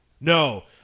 No